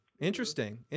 Interesting